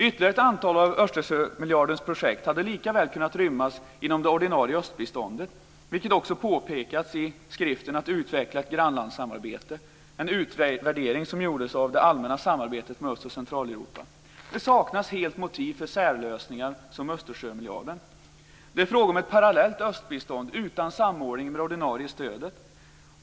Ytterligare ett antal av Östersjömiljardens projekt hade likaväl kunnat rymmas inom det ordinarie östbiståndet, vilket också påpekats i skriften Att utveckla ett grannlandssamarbete. Det är en utvärdering av det allmänna samarbetet med Öst och Centraleuropa. Det saknas helt motiv för särlösningar som Östersjömiljarden. Det är fråga om ett parallellt östbistånd utan samordning med det ordinarie stödet.